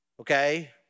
okay